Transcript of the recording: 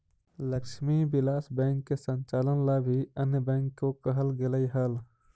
Lakshmi Vilas bank के संचालन ला भी अन्य बैंक को कहल गेलइ हल